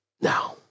now